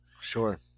Sure